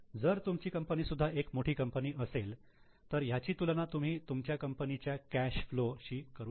जर तुमची कंपनी सुद्धा एक मोठी कंपनी असेल तर याची तुलना तुम्ही तुमच्या कंपनीच्या कॅश फ्लो शी करू शकता